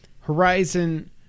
Horizon